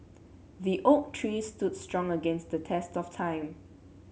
the oak tree stood strong against the test of time